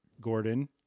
Gordon